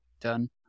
done